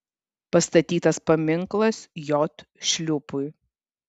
pastatytas paminklas j šliūpui